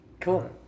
Cool